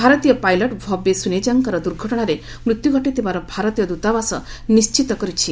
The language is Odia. ଭାରତୀୟ ପାଇଲଟ୍ ଭବ୍ୟେ ସୁନେଜାଙ୍କର ଦୁର୍ଘଟଣାରେ ମୃତ୍ୟୁ ଘଟିଥିବାର ଭାରତୀୟ ଦୃତାବାସ ନିଶ୍ଚିତ କରିଛି